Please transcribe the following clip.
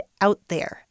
OUTTHERE